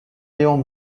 léon